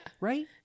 Right